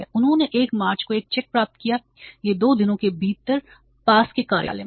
उन्होंने 1 मार्च को एक चेक प्राप्त किया यह 2 दिनों के भीतर पास के कार्यालय में था